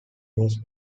was